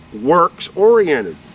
works-oriented